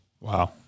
wow